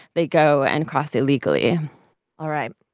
they go and cross illegally all right,